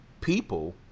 people